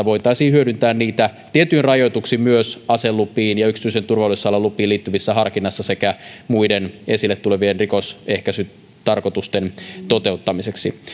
voitaisiin hyödyntää tietyin rajoituksin myös aselupiin ja yksityisen turvallisuusalan lupiin liittyvässä harkinnassa sekä muiden esille tulevien rikosehkäisytarkoitusten toteuttamiseksi